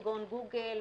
כגון: גוגל,